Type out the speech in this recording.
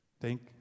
Thank